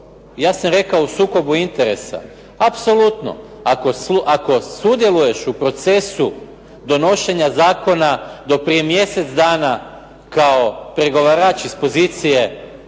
ja sam rekao u sukobu interesa. Apsolutno, ako sudjeluješ u procesu donošenja zakona do prije mjesec dana kao pregovarač iz pozicije